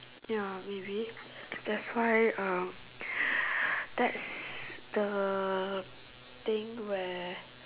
ya maybe that's why uh that's the thing where